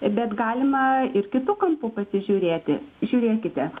bet galima ir kitu kampu pasižiūrėti žiūrėkite